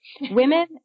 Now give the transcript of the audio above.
Women